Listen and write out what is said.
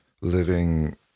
living